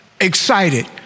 excited